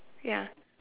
ya